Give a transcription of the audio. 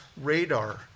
radar